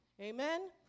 Amen